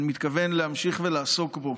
ואני מתכוון להמשיך ולעסוק בו